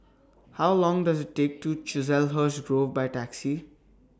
How Long Does IT Take to Chiselhurst Grove By Taxi